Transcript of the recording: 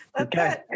Okay